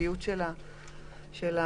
נסביר את זה בשמחה.